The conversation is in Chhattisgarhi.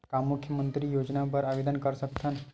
का मैं मुख्यमंतरी योजना बर आवेदन कर सकथव?